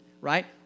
right